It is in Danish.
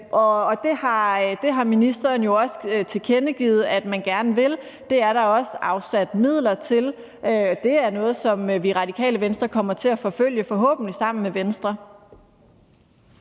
og det har ministeren jo også tilkendegivet at man gerne vil. Det er der også afsat midler til. Og det er noget, som vi i Radikale Venstre kommer til at forfølge, forhåbentlig sammen med Venstre.